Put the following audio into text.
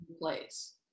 place